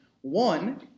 One